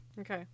okay